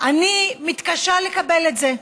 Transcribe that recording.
אני מתקשה לקבל את זה,